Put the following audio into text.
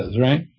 right